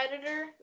editor